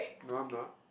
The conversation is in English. no I'm not